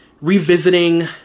revisiting